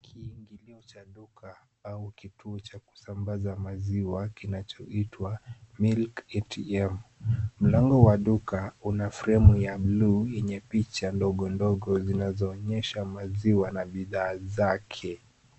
Kiingilio cha duka au kituo cha kusambaza maziwa, kinachoitwa Milk ATM. Mlango wa duka una fremu ya bluu, na picha ndogo ndogo zinazoonyesha maziwa na bidhaa zake.